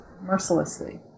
mercilessly